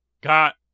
got